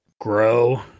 grow